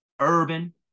urban